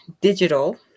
digital